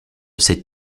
sait